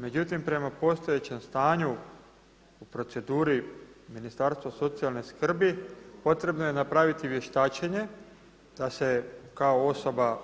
Međutim prema postojećem stanju u proceduri Ministarstva socijalne skrbi potrebno je napraviti vještačenje da se kao osoba,